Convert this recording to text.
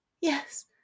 Yes